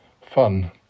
fun